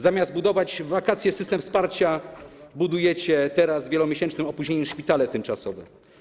Zamiast zbudować w czasie wakacji system wsparcia, budujecie teraz, z wielomiesięcznym opóźnieniem, szpitale tymczasowe.